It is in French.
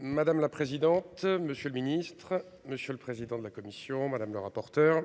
Madame la présidente, monsieur le ministre, monsieur le président de la commission, madame le rapporteur.